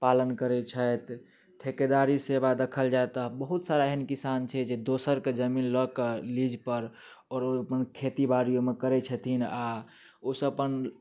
पालन करे छथि ठेकेदारी सेवा देखल जाय तऽ बहुत सारा एहन किसान छै जे दोसर के जमीन लऽ कऽ लीज पर आओर ओ अपन खेती बारी ओहिमे करे छथिन आ ओयसँ अपन